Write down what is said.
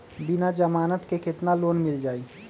बिना जमानत के केतना लोन मिल जाइ?